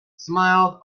smiled